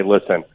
listen